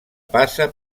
passa